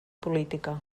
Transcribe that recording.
política